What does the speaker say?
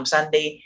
Sunday